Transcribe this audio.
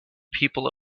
people